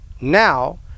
now